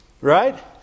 Right